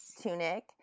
tunic